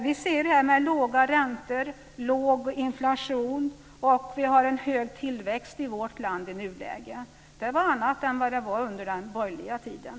Vi har låga räntor, låg inflation och hög tillväxt i vårt land i nuläget. Det är annat än hur det var under den borgerliga tiden.